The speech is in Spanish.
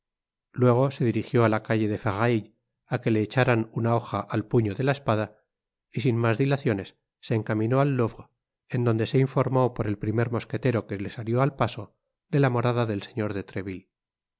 luego se dirigió á la calle de ferraille a que le echáran una hoja al puño de la espada y sin mas dilaciones se encaminó al louvre en donde se informó por el primer mosquetero que le salió al paso de la morada del señor de treville este